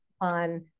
on